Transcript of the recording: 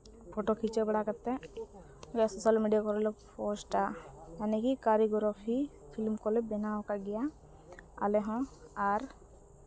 photo ᱠᱷᱤᱪᱟᱹᱣ ᱵᱟᱲᱟ ᱠᱟᱛᱮᱫ ᱥᱳᱥᱟᱞ ᱢᱤᱰᱤᱭᱟ ᱠᱚᱨᱮᱫ ᱞᱮ ᱯᱳᱥᱴᱼᱟ ᱢᱟᱱᱮ ᱜᱮ ᱠᱳᱨᱤᱭᱜᱨᱟᱯᱷᱤ ᱯᱷᱤᱞᱤᱢ ᱠᱚᱞᱮ ᱵᱮᱱᱟᱣ ᱟᱠᱟᱫ ᱜᱮᱭᱟ ᱟᱞᱮ ᱦᱚᱸ ᱟᱨ